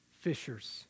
fishers